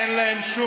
אין להם שום,